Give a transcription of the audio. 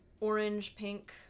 orange-pink